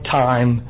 time